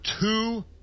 two